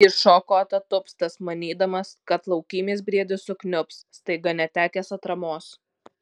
jis šoko atatupstas manydamas kad laukymės briedis sukniubs staiga netekęs atramos